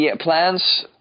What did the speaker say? Plans